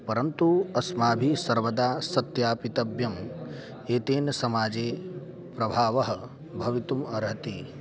परन्तु अस्माभिः सर्वदा सत्यापितव्यम् एतेन समाजे प्रभावः भवितुम् अर्हति